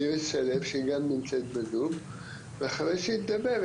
איריס שלו שהיא גם נמצאת בזום ואחרי שהיא תדבר,